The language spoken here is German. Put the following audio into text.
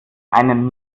einen